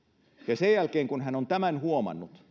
ja sen jälkeen kun hän on tämän huomannut